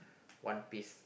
one piece